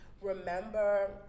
Remember